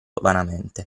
vanamente